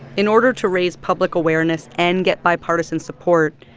in order to raise public awareness and get bipartisan support,